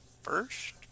first